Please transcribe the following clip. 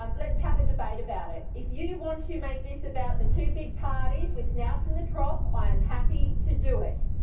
um let's have a debate about it. if you want to make this about the two big parties with snouts in the trough i am happy to do it.